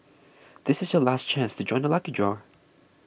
this is your last chance to join the lucky draw